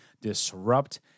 disrupt